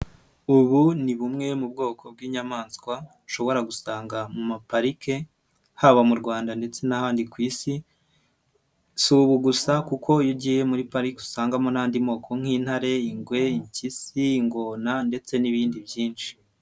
Ubu ni bumwe mu bwoko bw'inyamaswa ushobora gusanga mu maparike, haba mu Rwanda ndetse n'ahandi ku isi, si ubu gusa kuko iyo ugiye muri parike usangamo n'andi moko nk'intare, ingwe, impyisi, ingona ndetse n'ibindi byinshi.